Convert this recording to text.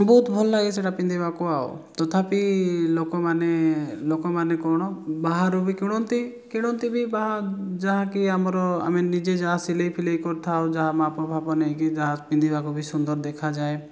ତ ବହୁତ ଭଲ ଲାଗେ ସେଇଟା ପିନ୍ଧିବାକୁ ଆଉ ତଥାପି ଲୋକମାନେ ଲୋକମାନେ କ'ଣ ବାହାରୁ ବି କିଣନ୍ତି କିଣନ୍ତି ବି ବାହା ଯାହାକି ଆମର ଆମେ ନିଜେ ଯାହା ସିଲେଇଫିଲେଇ କରିଥାଉ ଯାହା ମାପଫାପ ନେଇକି ଯାହା ପିନ୍ଧିବାକୁ ବି ସୁନ୍ଦର ଦେଖାଯାଏ